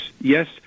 yes